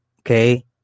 okay